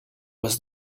was